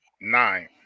nine